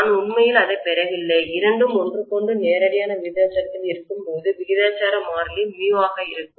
நான் உண்மையில் அதைப் பெறவில்லை இரண்டும் ஒன்றுக்கொன்று நேரடியான விகிதாசாரத்தில் இருக்கும்போது விகிதாசார மாறிலி µ ஆக இருக்கும்